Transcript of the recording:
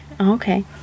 Okay